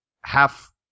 half